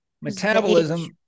metabolism